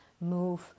move